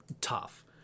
tough